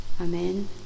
Amen